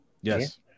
Yes